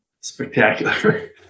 spectacular